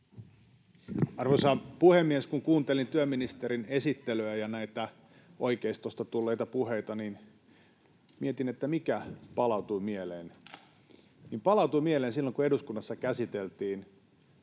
Arvoisa puhemies! Kun kuuntelin työministerin esittelyä ja näitä oikeistosta tulleita puheita, niin mietin, mikä palautui mieleen — palautui mieleen se, kun eduskunnassa käsiteltiin